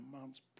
mom's